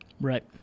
Right